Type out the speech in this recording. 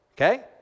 okay